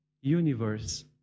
universe